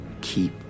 keep